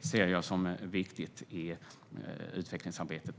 ser jag som viktigt i utvecklingsarbetet.